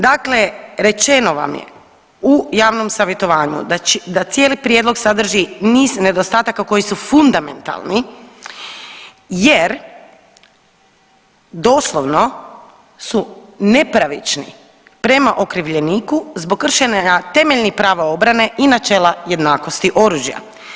Dakle, rečeno vam je u javnom savjetovanju da cijeli prijedlog sadrži niz nedostataka koji su fundamentalni jer doslovno su nepravični prema okrivljeniku zbog kršenja temeljnih prava obrane i načela jednakosti oružja.